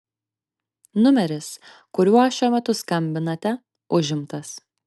numeris kuriuo šiuo metu skambinate užimtas